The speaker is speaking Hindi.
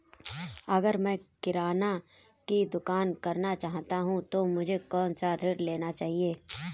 अगर मैं किराना की दुकान करना चाहता हूं तो मुझे कौनसा ऋण लेना चाहिए?